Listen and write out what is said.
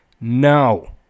No